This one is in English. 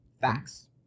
Facts